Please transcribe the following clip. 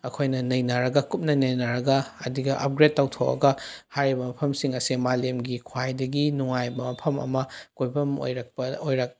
ꯑꯩꯈꯣꯏꯅ ꯅꯩꯅꯔꯒ ꯀꯨꯞꯅ ꯅꯩꯅꯔꯒ ꯑꯗꯨꯒ ꯑꯞꯒ꯭ꯔꯦꯠ ꯇꯧꯊꯣꯛꯑꯒ ꯍꯥꯏꯔꯤꯕ ꯃꯐꯝꯁꯤꯡ ꯑꯁꯦ ꯃꯥꯂꯦꯝꯒꯤ ꯈ꯭ꯋꯥꯏꯗꯒꯤ ꯅꯨꯡꯉꯥꯏꯕ ꯃꯐꯝ ꯑꯃ ꯀꯣꯏꯐꯝ ꯑꯣꯏꯔꯛꯄ ꯑꯣꯏꯔꯛ